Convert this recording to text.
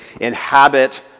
inhabit